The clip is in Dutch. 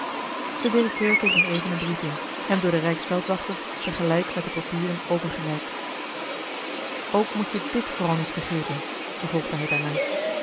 de directeur keek nog even een brief in hem door den rijksveldwachter tegelijk met de papieren overgereikt ook moet je dit vooral niet vergeten vervolgde hij daarna